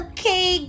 Okay